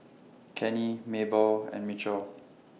Kenny Mabelle and Michell